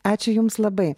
ačiū jums labai